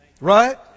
Right